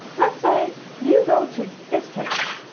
let's say you go to this page.